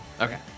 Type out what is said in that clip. Okay